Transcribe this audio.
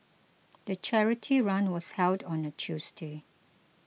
the charity run was held on a Tuesday